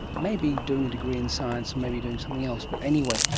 maybe doing a degree in science, maybe doing something else, but anyway,